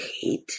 hate